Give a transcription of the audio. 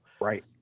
Right